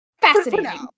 Fascinating